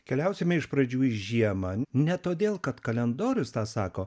keliausime iš pradžių į žiemą ne todėl kad kalendorius tą sako